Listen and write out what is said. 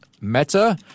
Meta